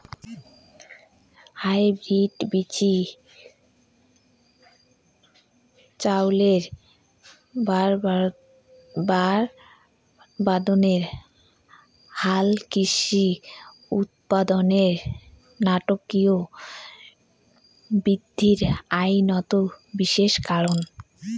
hybrid বীচির চইলের বাড়বাড়ন্ত হালকৃষি উৎপাদনত নাটকীয় বিদ্ধি অইন্যতম বিশেষ কারণ